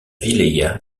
wilaya